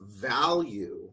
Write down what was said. value